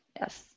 yes